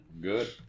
Good